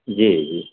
जी जी